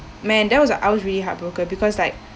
man that was like I was really heartbroken because like